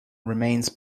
remains